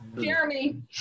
Jeremy